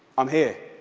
i'm here.